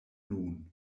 nun